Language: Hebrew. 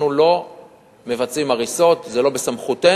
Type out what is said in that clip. אנחנו לא מבצעים הריסות, זה לא בסמכותנו.